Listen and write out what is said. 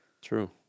True